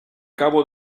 cabo